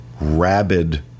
rabid